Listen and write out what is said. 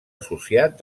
associat